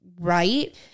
right